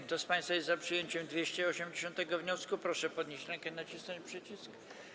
Kto z państwa jest za przyjęciem 280. wniosku, proszę podnieść rękę i nacisnąć przycisk.